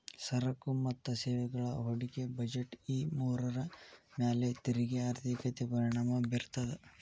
ಸರಕು ಮತ್ತ ಸೇವೆಗಳ ಹೂಡಿಕೆ ಬಜೆಟ್ ಈ ಮೂರರ ಮ್ಯಾಲೆ ತೆರಿಗೆ ಆರ್ಥಿಕತೆ ಪರಿಣಾಮ ಬೇರ್ತದ